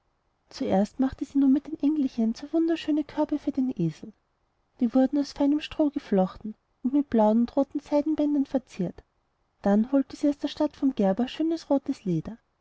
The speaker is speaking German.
zuerst machte sie nun mit den engelchen zwei wunderschöne körbe für den esel die wurden aus feinem stroh geflochten und mit blauen und roten seidenbändern verziert dann holten sie aus der stadt vom gerber schönes rotes leder